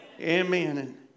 Amen